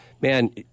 man